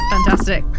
Fantastic